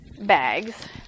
bags